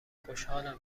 خوشحالم